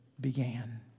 began